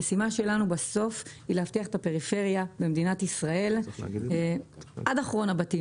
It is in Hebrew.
המשימה שלנו היא להבטיח את הפריפריה במדינת ישראל עד אחרון הבתים.